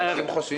אם אתה רוצה